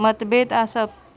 मतभेद आसप